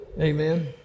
Amen